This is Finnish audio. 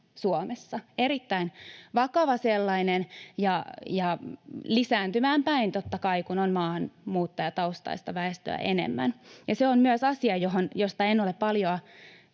Suomessa, erittäin vakava sellainen ja lisääntymään päin, totta kai, kun on maahanmuuttajataustaista väestöä enemmän. Se on myös asia, josta en ole paljoa